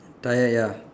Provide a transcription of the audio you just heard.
tyre ya